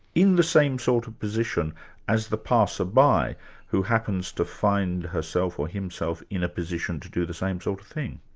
in the same sort of position as the passer-by who happens to find herself or himself in a position to do the same sort of thing?